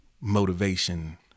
motivation